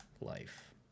life